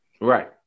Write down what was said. Right